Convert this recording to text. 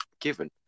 given